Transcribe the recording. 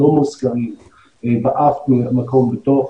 לא מוזכרים באף מקום בדוח,